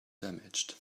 damaged